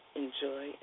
enjoy